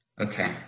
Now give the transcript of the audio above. Okay